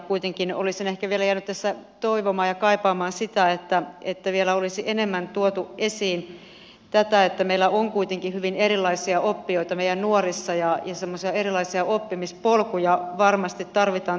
kuitenkin olisin ehkä vielä jäänyt tässä toivomaan ja kaipaamaan sitä että vielä olisi enemmän tuotu esiin tätä että meidän nuorissa on kuitenkin hyvin erilaisia oppijoita ja semmoisia erilaisia oppimispolkuja varmasti tarvitaan tulevaisuudessa lisää